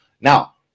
Now